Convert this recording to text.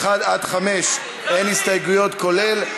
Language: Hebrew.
לסעיפים 1 5, אין הסתייגויות, כולל.